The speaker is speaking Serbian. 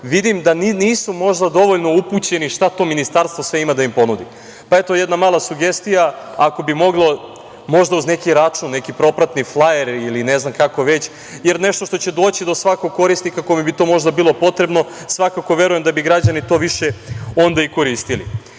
vidim da nisu možda dovoljno upućeni šta to ministarstvo sve ima da im ponudi. Pa, eto, jedna mala sugestija, ako moglo možda uz neki račun, neki propratni flajer ili ne znam kako već, jer to je nešto što će doći do svakog korisnika kome bi to možda bilo potrebno. Svakako verujem da bi građani to više onda i koristili. Svakako,